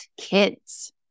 kids